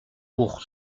pour